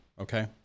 okay